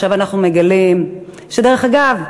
דרך אגב,